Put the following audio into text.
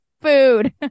food